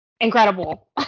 incredible